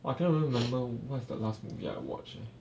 I can't even remember what's the last movie I watch leh